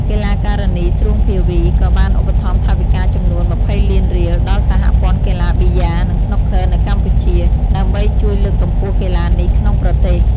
កីឡាការិនីស្រួង ភាវី ក៏បានឧបត្ថម្ភថវិកាចំនួន ២០លានរៀលដល់សហព័ន្ធកីឡាប៊ីយ៉ា និងស្នូកឃ័រនៅកម្ពុជា ដើម្បីជួយលើកកម្ពស់កីឡានេះក្នុងប្រទេស។